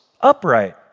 upright